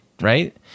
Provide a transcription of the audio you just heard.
right